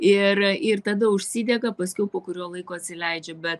ir ir tada užsidega paskiau po kurio laiko atsileidžia bet